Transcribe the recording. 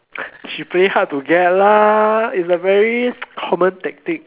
she play hard to get lah it's a very common tactic